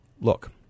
Look